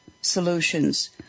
solutions